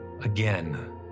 again